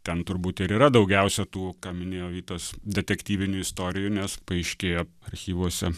ten turbūt ir yra daugiausia tų ką minėjo vytas detektyvinių istorijų nes paaiškėjo archyvuose